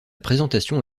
présentation